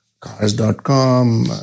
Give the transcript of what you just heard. Cars.com